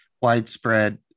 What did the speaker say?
widespread